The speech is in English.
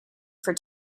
for